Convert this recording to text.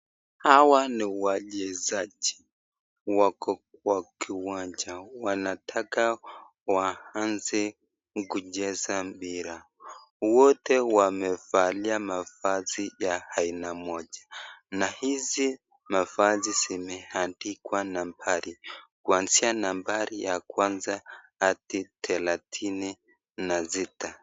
Hawa ni wachezaji, wako kwa kiwanja. Wanataka waanze kucheza mpira. Wote wamevalia mavazi ya aina moja na hizi mavazi zimeandikwa nambari kwanzia nambari ya kwanza hadi thelathini na sita.